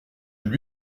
lui